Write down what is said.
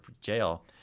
jail